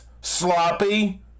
Sloppy